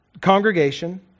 congregation